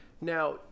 Now